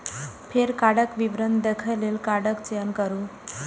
फेर कार्डक विवरण देखै लेल कार्डक चयन करू